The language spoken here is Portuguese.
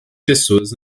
pessoas